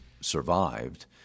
survived